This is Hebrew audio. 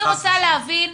אני רוצה להבין.